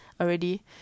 already